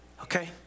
Okay